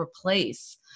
replace